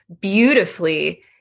beautifully